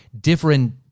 different